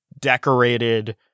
decorated